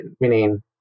meaning